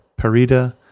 Parida